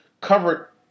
covered